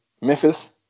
Memphis